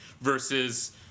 versus